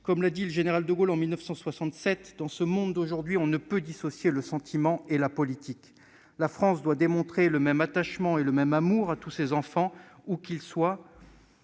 comme l'a dit le Général de Gaulle en 1967 :« Dans ce monde d'aujourd'hui, on ne peut dissocier le sentiment et la politique. » La France doit démontrer le même attachement et le même amour à tous ses enfants, où qu'ils soient.